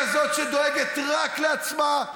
כזאת שדואגת רק לעצמה,